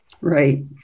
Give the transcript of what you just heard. Right